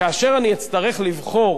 כאשר אני אצטרך לבחור